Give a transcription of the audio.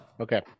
Okay